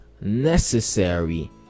necessary